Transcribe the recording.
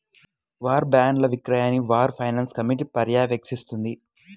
war బాండ్ల విక్రయాన్ని war finance committee పర్యవేక్షిస్తుంది